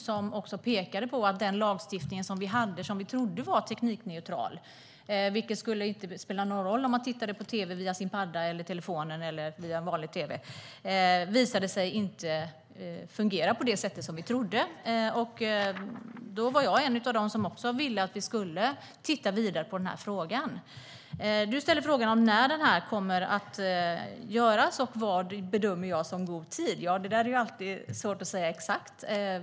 Där pekades det på att den lagstiftning som vi hade och som vi trodde var teknikneutral, det vill säga att det inte skulle spela någon roll om man tittade på tv via sin padda, telefon eller vanliga tv, inte visade sig fungera på det sätt som vi trodde. Då var jag en av dem som också ville att vi skulle se vidare på denna fråga. Olof Lavesson frågade när halvtidsavstämningen kommer att göras och vad jag bedömer som god tid. Det är alltid svårt att säga exakt.